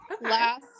last